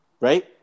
Right